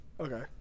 Okay